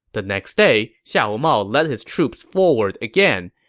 the next day, xiahou mao led his troops forward again,